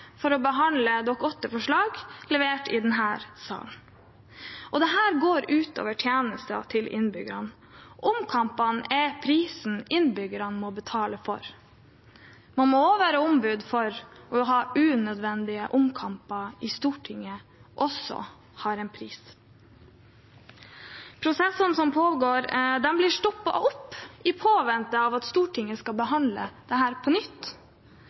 for å behandle Dokument 8-forslag levert i denne sal. Dette går ut over tjenestene til innbyggerne. Omkampene har en pris innbyggerne må betale. Å være ombud for å ha unødvendige omkamper i Stortinget har også en pris. Prosessene som pågår, blir stoppet i påvente av at Stortinget skal behandle dette på nytt.